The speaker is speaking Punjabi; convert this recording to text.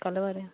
ਕੱਲ੍ਹ ਬਾਰੇ